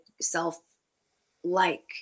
self-like